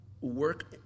work